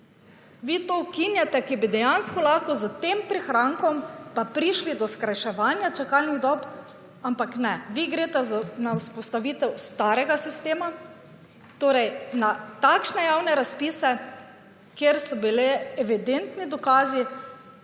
Vi to ukinjate, ki bi dejansko lahko z tem prihrankom pa prišli do skrajševanja čakalnih dob, ampak ne, vi greste na vzpostavitev starega sistema, torej, na takšne javne razpise, kjer so bili evidentni dokazi,